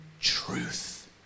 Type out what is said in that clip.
truth